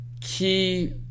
key